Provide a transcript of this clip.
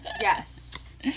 Yes